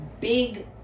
big